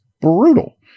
brutal